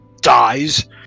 dies